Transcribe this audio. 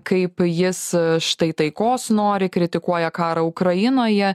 kaip jis štai taikos nori kritikuoja karą ukrainoje